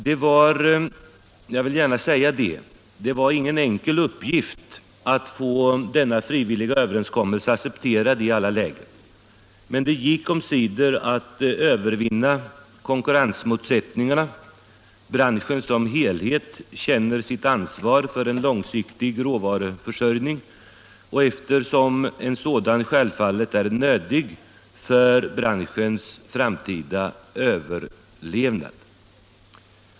Det var ingen enkel uppgift — jag vill gärna säga det — att få denna frivilliga överenskommelse accepterad i alla läger, men det gick omsider att övervinna konkurrensmotsättningarna. Branschen som helhet känner sitt ansvar för en långsiktig råvaruförsörjning, eftersom en sådan självfallet är nödvändig för branschens framtida överlevnad.